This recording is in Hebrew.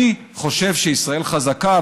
אני חושב שישראל חזקה,